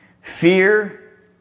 Fear